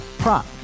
prop